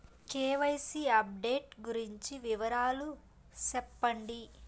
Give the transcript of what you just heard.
KYC update గురించి వివరాలు సెప్పండి?